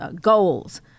goals